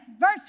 verse